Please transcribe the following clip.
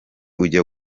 ujya